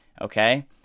okay